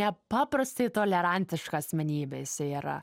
nepaprastai tolerantiška asmenybė jisai yra